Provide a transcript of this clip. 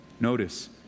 Notice